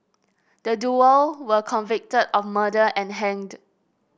the duo were were convicted of murder and hanged